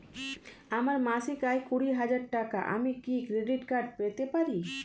আমার মাসিক আয় কুড়ি হাজার টাকা আমি কি ক্রেডিট কার্ড পেতে পারি?